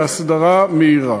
להסדרה מהירה.